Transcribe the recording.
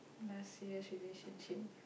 last year's relationship